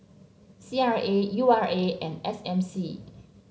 C R A U R A and S M C